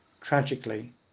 tragically